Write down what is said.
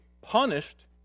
punished